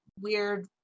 weird